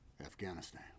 Afghanistan